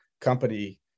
company